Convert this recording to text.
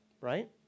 right